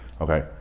Okay